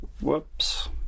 Whoops